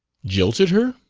jilted her?